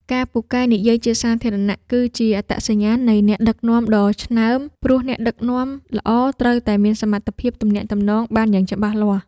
ការពូកែនិយាយជាសាធារណៈគឺជាអត្តសញ្ញាណនៃអ្នកដឹកនាំដ៏ឆ្នើម ព្រោះអ្នកដឹកនាំល្អត្រូវតែមានសមត្ថភាពទំនាក់ទំនងបានយ៉ាងច្បាស់លាស់។